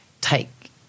take